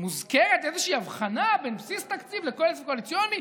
שמוזכרת איזושהי הבחנה בין בסיס תקציב לכסף קואליציוני?